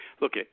Look